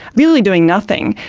really doing nothing,